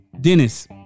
Dennis